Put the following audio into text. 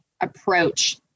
approach